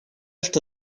что